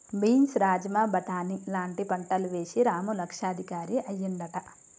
beans rajma బాటని లాంటి పంటలు వేశి రాము లక్షాధికారి అయ్యిండట